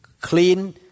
clean